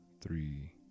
three